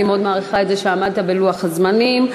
אני מאוד מעריכה את זה שעמדת בלוח הזמנים.